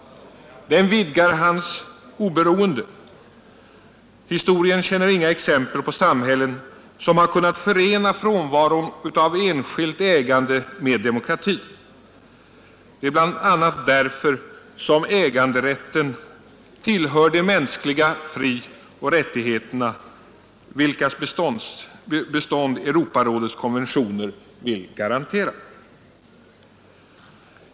Den vidgar hans oberoende. Historien känner inga exempel på samhällen som har kunnat förena frånvaron av enskilt ägande med demokrati. Det är bl.a. därför som äganderätten tillhör de mänskliga frioch rättigheterna, vilkas bestånd Europarådets konventioner vill garantera.